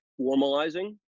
formalizing